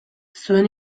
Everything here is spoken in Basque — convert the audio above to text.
zuen